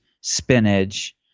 spinach